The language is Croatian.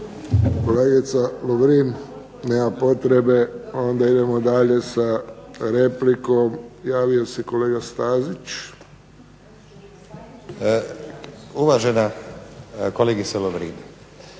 Kolegica Lovrin, nema potrebe. Pa onda idemo dalje sa replikom. Javio se kolega Stazić. **Stazić, Nenad